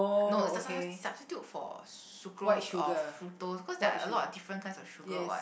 no it's a substitute substitute for sucrose or fructose cause there are a lot of different kinds of sugar what